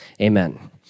Amen